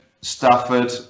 Stafford